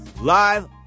Live